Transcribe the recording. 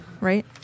right